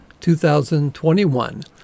2021